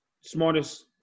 smartest –